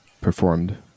performed